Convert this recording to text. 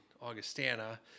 Augustana